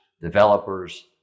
developers